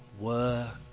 work